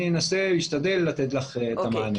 אני אשתדל לתת לך את המענה.